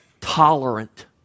tolerant